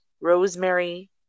rosemary